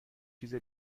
چیز